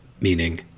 meaning